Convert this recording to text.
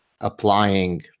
applying